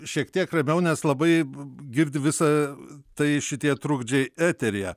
šiek tiek ramiau nes labai girdi visą tai šitie trukdžiai eteryje